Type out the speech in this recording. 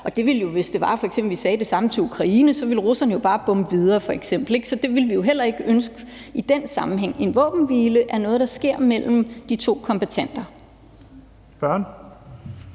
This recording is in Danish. og det ville jo, hvis det var, vi f.eks. sagde det samme til Ukraine, betyde, at russerne så f.eks. bare ville bombe videre, ikke? Så det ville jo heller ikke ønske i den sammenhæng. En våbenhvile er noget, der sker mellem de to kombattanter. Kl.